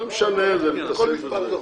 לא משנה הסעיף הזה.